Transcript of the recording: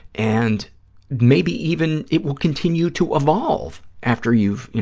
and maybe even it will continue to evolve after you've, you